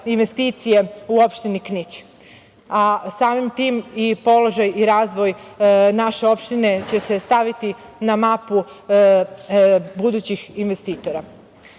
investicije u opštini Knić, a samim tim i položaj i razvoj naše opštine će se staviti na mapu budućih investitora. Ono